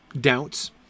doubts